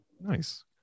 Nice